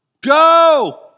Go